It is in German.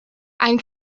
ein